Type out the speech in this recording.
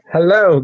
Hello